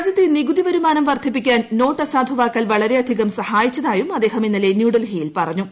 രാജ്യത്തെ നികുതി വരുമാനം വർദ്ധിപ്പിക്കാൻ നോട്ട് അസാധുവാക്കൽ വളരെയധികം സഹായിച്ചതായും അദ്ദേഹം ഇന്നലെ ന്യൂഡൽഹിയിൽ പറഞ്ഞു